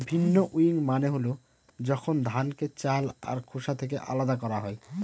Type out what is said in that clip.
ভিন্নউইং মানে হল যখন ধানকে চাল আর খোসা থেকে আলাদা করা হয়